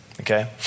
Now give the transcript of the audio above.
Okay